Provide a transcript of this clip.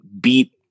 beat